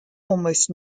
almost